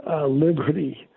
liberty